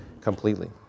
completely